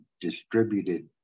distributed